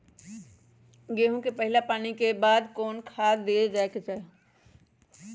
गेंहू में पहिला पानी के बाद कौन खाद दिया के चाही?